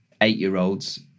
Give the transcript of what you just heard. eight-year-olds